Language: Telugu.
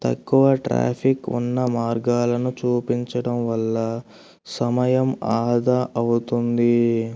తక్కువ ట్రాఫిక్ ఉన్న మార్గాలను చూపించడం వల్ల సమయం ఆదా అవుతుంది